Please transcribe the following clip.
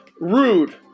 rude